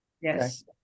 Yes